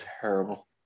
terrible